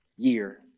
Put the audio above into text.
year